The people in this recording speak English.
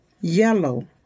yellow